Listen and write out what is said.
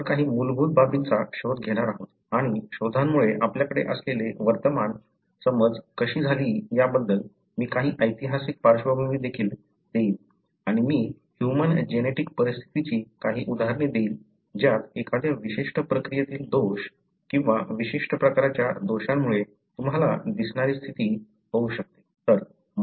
आपण काही मूलभूत बाबींचा शोध घेणार आहोत आणि शोधांमुळे आपल्याकडे असलेली वर्तमान समज कशी झाली याबद्दल मी काही ऐतिहासिक पार्श्वभूमी देखील देईन आणि मी ह्यूमन जेनेटिक परिस्थितीची काही उदाहरणे देईन ज्यात एखाद्या विशिष्ट प्रक्रियेतील दोष किंवा विशिष्ट प्रकारच्या दोषांमुळे तुम्हाला दिसणारी स्थिती होऊ शकते